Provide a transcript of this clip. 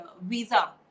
visa